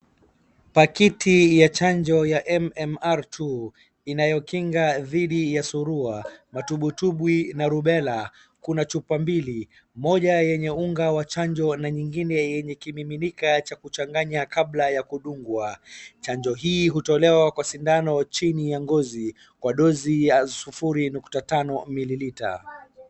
Pakiti ya chanjo ya M-M-R2 inayokinga dhidi ya suluha ,matubwitubwi na RUBELLA. Kuna chupa mbili ,moja yenye unga wa chanjo na nyingine yenye kipiminika cha kuchanganya kabla ya kundugwa . Chanjo hii hutolewa kwa sindano chini ya ngozi kwa dosi sufuri nukta tano mili liter